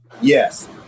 Yes